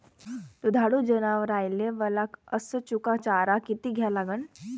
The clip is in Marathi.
दुधाळू जनावराइले वला अस सुका चारा किती द्या लागन?